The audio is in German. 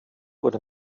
wurde